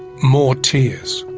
more tears,